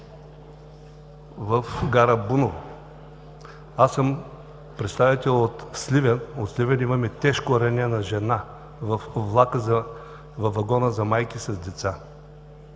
в гара Буново. Аз съм представител от Сливен. От Сливен имаме тежко ранена жена във влака, във вагона за майки с деца.